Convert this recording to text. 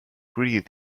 greeted